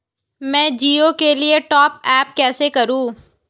मैं जिओ के लिए टॉप अप कैसे करूँ?